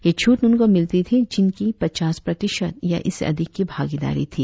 यह छूट उनको मिलती थी जिनकी पचास प्रतिशत या इससे अधिक की भागीदारी थी